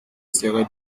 serait